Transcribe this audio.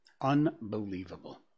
Unbelievable